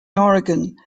oregon